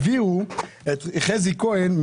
הם העבירו את חזי כהן,